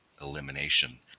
elimination